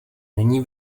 není